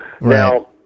Now